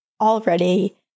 already